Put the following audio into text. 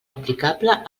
aplicable